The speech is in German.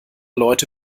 leute